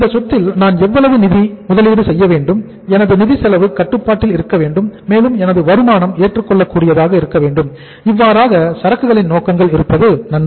இந்த சொத்தில் நான் எவ்வளவு நிதி முதலீடு செய்ய வேண்டும் எனது நிதிச் செலவு கட்டுப்பாட்டில் இருக்க வேண்டும் மேலும் எனது வருமானம் ஏற்றுக்கொள்ளகூடியதாக இருக்க வேண்டும் இவ்வாறாக சரக்குகளின் நோக்கங்கள் இருப்பது நன்று